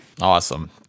awesome